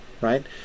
right